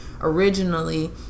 originally